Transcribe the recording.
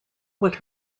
what